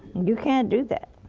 you can't do that.